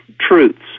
truths